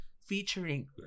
Featuring